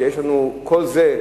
כל זה,